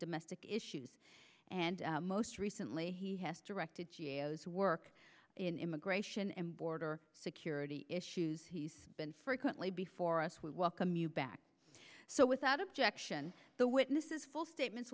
domestic issues and most recently he has directed geos work in immigration and border security issues he's been frequently before us we welcome you back so without objection the witness is full statements